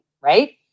right